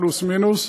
פלוס מינוס,